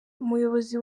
umuyobozi